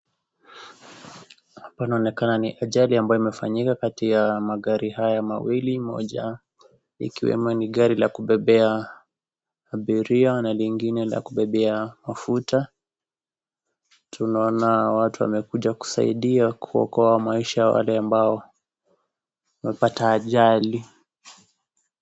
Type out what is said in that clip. Hapa inaonekana ni ajali ambayo imefanyika kati ya magari haya mawili moja ikiwemo ni gari la kubebea abiria na lingine la kubebea mafuta, tunaona watu wamekuja kusaidia kuokoa maisha ya wale ambao, wamepata ajali.